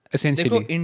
Essentially